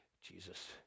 Jesus